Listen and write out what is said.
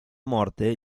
morte